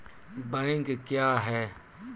Bank क्या हैं?